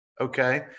okay